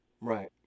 Right